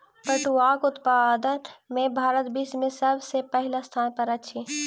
पटुआक उत्पादन में भारत विश्व में सब सॅ पहिल स्थान पर अछि